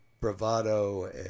bravado